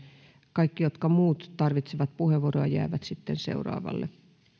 kaikki muut jotka tarvitsevat puheenvuoroa jäävät sitten seuraavalle